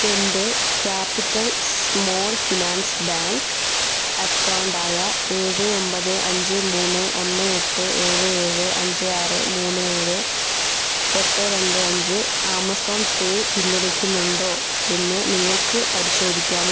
എൻ്റെ capital small finance bank account ആയ ഏഴ് ഒമ്പതേ അഞ്ച് മൂന്ന് ഒന്ന് എട്ട് ഏഴ് ഏഴ് അഞ്ച് ആറ് മൂന്ന് ഏഴ് എട്ട് രണ്ട് അഞ്ച് ആമസോൺ പേ പിന്തുണയ്ക്കുന്നുണ്ടോ എന്ന് നിങ്ങൾക്ക് പരിശോധിക്കാമോ